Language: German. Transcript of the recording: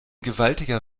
gewaltiger